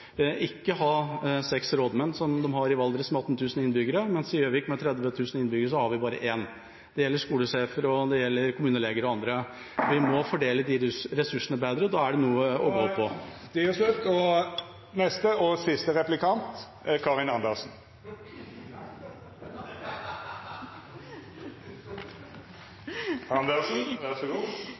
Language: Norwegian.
ikke ha seks rådmenn, som de har i Valdres, med 18 000 innbyggere, mens vi i Gjøvik, med 30 000 innbyggere, bare har én. Det gjelder også skolesjefer, kommuneleger og andre. Vi må fordele ressursene bedre, og da er det noe å gå på. Vi har vel gjennom behandlingen her nå fått et inntrykk av at Venstre kanskje er det aller sterkeste sentraliseringspartiet og